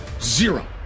zero